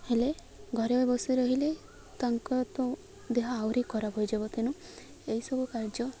ହେଲେ ଘରେ ବସି ରହିଲେ ତାଙ୍କ ତ ଦେହ ଆହୁରି ଖରାପ ହୋଇଯିବ ତେଣୁ ଏହିସବୁ କାର୍ଯ୍ୟ